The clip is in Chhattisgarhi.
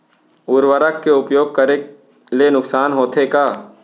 उर्वरक के उपयोग करे ले नुकसान होथे का?